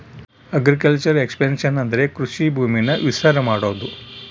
agriculture expansion ಅಂದ್ರೆ ಕೃಷಿ ಭೂಮಿನ ವಿಸ್ತಾರ ಮಾಡೋದು